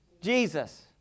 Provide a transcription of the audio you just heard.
Jesus